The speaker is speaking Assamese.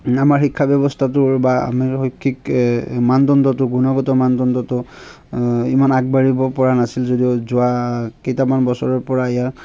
আমাৰ শিক্ষাব্যৱস্থাটোৰ বা আমাৰ শৈক্ষিক মানদণ্ডটো গুণগত মানদণ্ডটো ইমান আগবাঢ়িব পৰা নাছিল যদিও যোৱা কেইটামান বছৰৰ পৰা ইয়াক